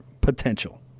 potential